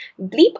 bleep